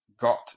got